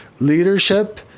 leadership